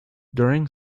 during